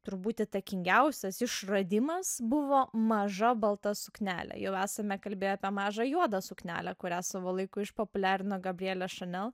turbūt įtakingiausias išradimas buvo maža balta suknele jau esame kalbėję apie mažą juodą suknelę kurią savo laiku išpopuliarino gabrielė šanel